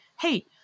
hey